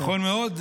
נכון מאוד.